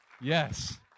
yes